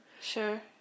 Sure